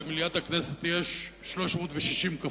במליאת הכנסת יש 360 כפתורים,